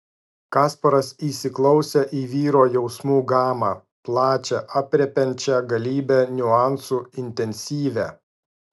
kasparas įsiklausė į vyro jausmų gamą plačią aprėpiančią galybę niuansų intensyvią